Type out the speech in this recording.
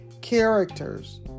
characters